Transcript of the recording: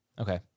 Okay